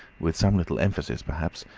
with some little emphasis perhaps,